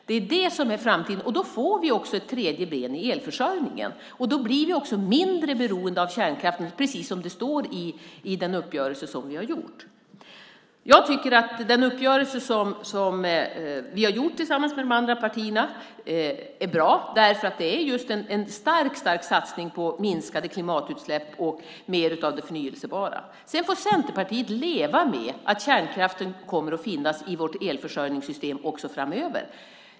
Det är det som är framtiden, och då får vi också ett tredje ben i elförsörjningen. Då blir vi också mindre beroende av kärnkraften precis som det står i den uppgörelse som vi har gjort. Jag tycker att den uppgörelse som vi har gjort tillsammans med de andra partierna är bra därför att den just är en stark satsning på minskade klimatutsläpp och mer av det förnybara. Sedan får Centerpartiet leva med att kärnkraften kommer att finnas i vårt elförsörjningssystem också framöver.